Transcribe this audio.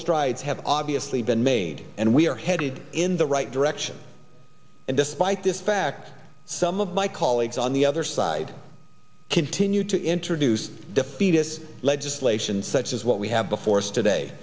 strides have obviously been made and we are headed in the right direction and despite this fact some of my colleagues on the other side continue to introduce defeatists legislation such as what we have before us today